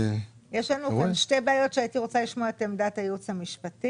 יש לנו כאן שתי בעיות שהייתי רוצה לשמוע לגביהן את עמדת הייעוץ המשפטי.